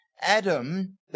Adam